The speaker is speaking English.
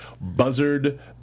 Buzzard